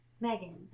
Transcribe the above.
Megan